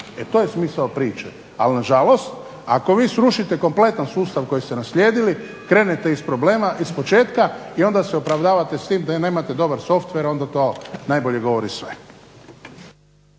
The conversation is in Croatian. E to je smisao priče. Ali nažalost ako vi srušite kompletan sustav koji ste naslijedili krenete iz početka i onda se opravdavate s tim da nemate dobar softver onda to najbolje govori sve.